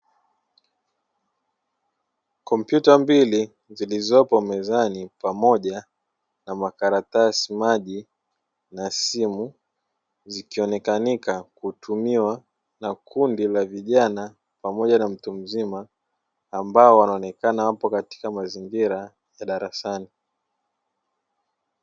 Kompyuta mbili zilizopo mezani pamoja na makaratasi, maji na simu zikionekanika kutumiwa na kundi la vijana pamoja na mtu mzima ambao wanaonekana wapo katika mazingira ya darasani.